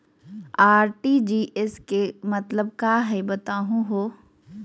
RTGS के का मतलब हई, बताहु हो?